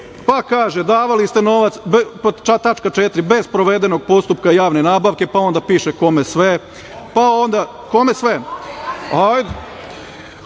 tačaka. Kaže, davali ste novac, tačka 4, bez sprovedenog postupka javne nabavke, pa onda piše kome sve. Kome sve? Po